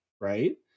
right